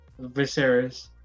Viserys